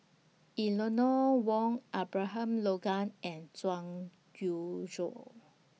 Eleanor Wong Abraham Logan and Zhang YOU Shuo